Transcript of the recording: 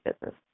business